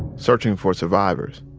searching for survivors.